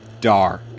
dark